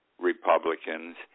Republicans